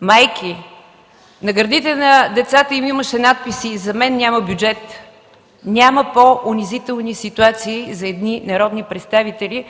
майки. На гърдите на децата им имаше надписи: „За мен няма бюджет”. За мен няма по-унизителни ситуации за едни народни представители,